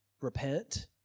Repent